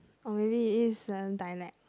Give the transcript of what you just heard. or maybe it's a dialect